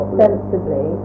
sensibly